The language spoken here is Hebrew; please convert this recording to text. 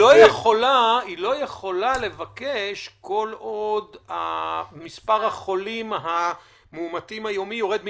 היא לא יכולה לבקש כל עוד מספר המאומתים היומי יורד מ-200.